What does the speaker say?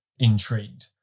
intrigued